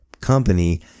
company